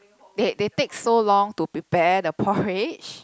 they they so long to prepare the porridge